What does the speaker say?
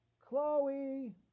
Chloe